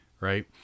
Right